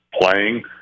playing